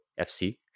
FC